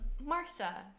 Martha